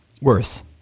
worse